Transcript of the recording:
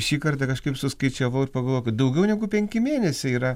šį kartą kažkaip suskaičiavau ir pagalvojau kad daugiau negu penki mėnesiai yra